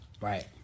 Right